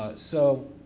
ah so,